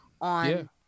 on